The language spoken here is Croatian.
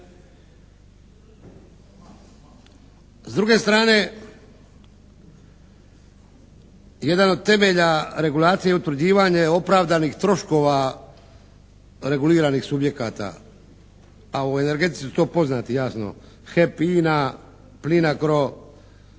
S druge strane, jedan od temelja regulacije i utvrđivanje opravdanih troškova reguliranih subjekata, a u energetici su to poznati jasno, HEP, INA, Plin Acro,